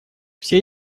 все